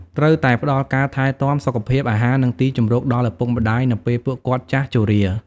ត្រូវតែផ្តល់ការថែទាំ សុខភាព អាហារ និងទីជម្រកដល់ឪពុកម្តាយនៅពេលពួកគាត់ចាស់ជរា។